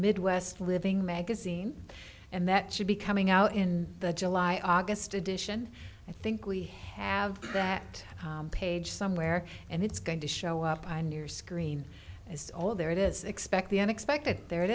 midwest living magazine and that should be coming out in the july august edition i think we have that page somewhere and it's going to show up on your screen it's all there it is expect the unexpected there it